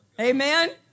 Amen